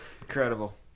Incredible